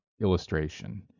illustration